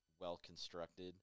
well-constructed